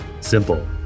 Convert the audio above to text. simple